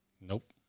Nope